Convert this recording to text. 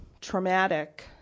traumatic